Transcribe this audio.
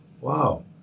Wow